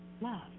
love